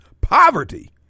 poverty